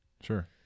Sure